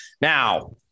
Now